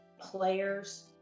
players